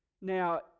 Now